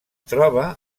troba